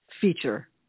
feature